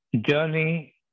journey